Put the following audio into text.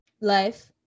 life